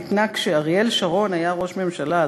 היא ניתנה כשאריאל שרון היה ראש ממשלה,